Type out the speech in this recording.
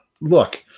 Look